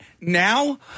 Now